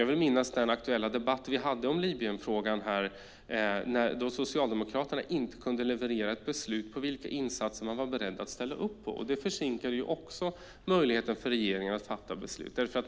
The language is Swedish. Jag vill minnas den aktuella debatt vi hade om Libyenfrågan här. Då kunde Socialdemokraterna inte leverera besked om vilka insatser man var beredd att ställa upp på. Det försinkar ju också möjligheten för regeringen att fatta beslut.